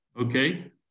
Okay